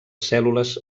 cèl·lules